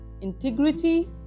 integrity